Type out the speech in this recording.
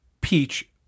peach